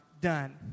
done